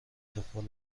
سفال